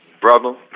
brother